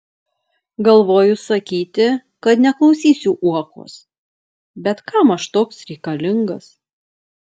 galvoju sakyti kad neklausysiu uokos bet kam aš toks reikalingas